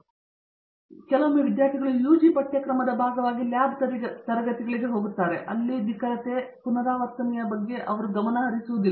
ಈಗ ಮತ್ತೊಮ್ಮೆ ವಿದ್ಯಾರ್ಥಿಗಳು ಯುಜಿ ಪಠ್ಯಕ್ರಮದ ಭಾಗವಾಗಿ ಲ್ಯಾಬ್ ತರಗತಿಗಳಿಗೆ ಪರಿಚಯಿಸಲ್ಪಟ್ಟಿದ್ದಾರೆ ಆದರೆ ನಿಖರತೆ ನಿಖರತೆ ಮತ್ತು ಪುನರಾವರ್ತನೀಯತೆ ಬಗ್ಗೆ ಮತ್ತು ಇನ್ನೂ ಗಮನಹರಿಸುವುದಿಲ್ಲ